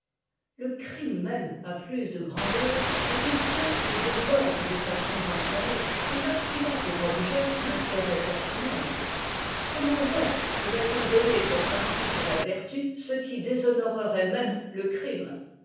le crime même a plus de grandeur quand il tient au désordre des passions enflammées que lorsqu'il a pour objet intérët personne comment donc pourrait-on donner pour principe à la vertu ce qui déshonorerait même le crime